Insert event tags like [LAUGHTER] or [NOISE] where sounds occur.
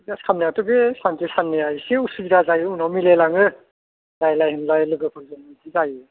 [UNINTELLIGIBLE] खालामनायाथ' बे सानसे सान्नैया एसे उसुबिदा जायो उनाव मिलायलाङो रायलाय होनलाय लोगोफोरजों बिदि जायो